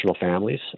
families